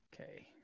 okay